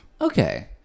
okay